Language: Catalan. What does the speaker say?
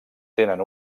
tenen